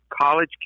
college